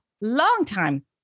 long-time